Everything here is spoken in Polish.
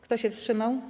Kto się wstrzymał?